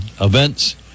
events